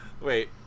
Wait